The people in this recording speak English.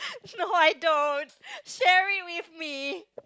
no I don't share it with me